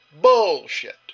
bullshit